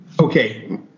okay